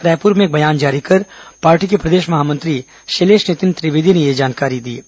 रायपुर में एक बयान जारी कर पार्टी के प्रदेश महामंत्री शैलेष नितिन त्रिवेदी ने यह जानकारी दी है